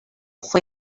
fue